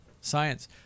Science